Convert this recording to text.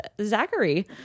Zachary